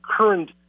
current